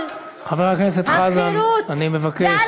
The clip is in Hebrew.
חשבתי שתוכלי לראות את המציאות קצת יותר טוב,